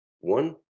One